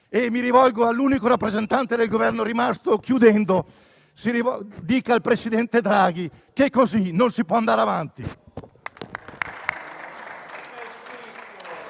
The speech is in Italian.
Mi rivolgo all'unico rappresentante del Governo rimasto in Aula: dica al presidente Draghi che così non si può andare avanti.